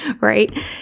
right